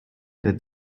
der